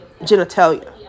genitalia